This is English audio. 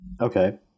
Okay